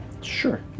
Sure